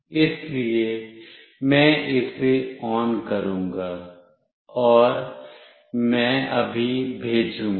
इसलिए मैं इसे ON करूंगा और मैं अभी भेजूंगा